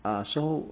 uh so